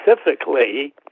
specifically